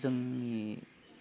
जोंनि